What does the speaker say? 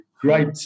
great